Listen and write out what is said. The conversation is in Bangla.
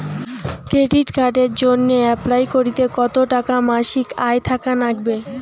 ক্রেডিট কার্ডের জইন্যে অ্যাপ্লাই করিতে কতো টাকা মাসিক আয় থাকা নাগবে?